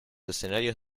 escenarios